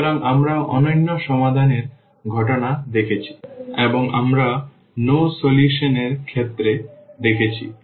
সুতরাং আমরা অনন্য সমাধানের ঘটনা দেখেছি আমরা অসীম অনেক সমাধানের ঘটনা দেখেছি এবং আমরা নো সলিউশন এর ক্ষেত্রে দেখেছি